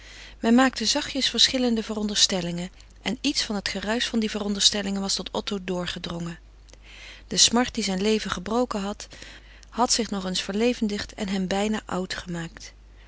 men maakte zachtjes verschillende veronderstellingen en iets van het geruisch dier veronderstellingen was tot otto doorgedrongen de smart die zijn leven gebroken had had zich nog eens verlevendigd en hem bijna oud gemaakt